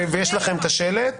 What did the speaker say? -- ויש לכם את השלט.